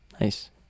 Nice